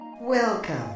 Welcome